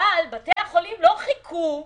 אבל בתי החולים לא חיכו לתקציב,